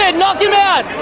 and knock him out.